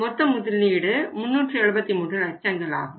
மொத்த முதலீடு 373 லட்சங்கள் ஆகும்